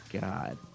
God